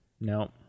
No